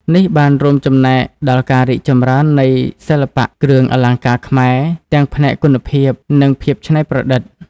នេះបានរួមចំណែកដល់ការរីកចម្រើននៃសិល្បៈគ្រឿងអលង្ការខ្មែរ ទាំងផ្នែកគុណភាព និងភាពច្នៃប្រឌិត។